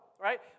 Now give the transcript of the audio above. right